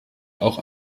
auch